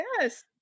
yes